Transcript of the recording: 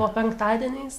o penktadieniais